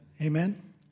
Amen